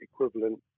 equivalent